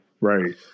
right